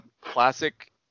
classic